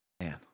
Man